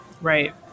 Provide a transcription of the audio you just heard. right